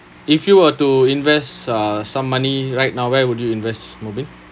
if you were to invest uh some money right now where would you invest mubin